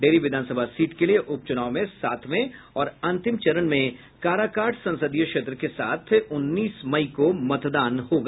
डेहरी विधानसभा सीट के लिए उपचुनाव में सातवें और अंतिम चरण में काराकाट संसदीय क्षेत्र के साथ उन्नीस मई को मतदान होगा